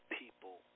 people